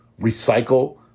recycle